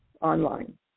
online